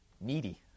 needy